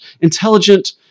intelligent